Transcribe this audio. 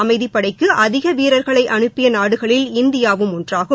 அமைதிபடைக்கு அதிக வீரர்களை அனுப்பிய நாடுகளில் இந்தியாவும் ஒன்றாகும்